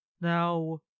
Now